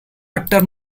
utter